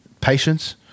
patience